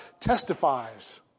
testifies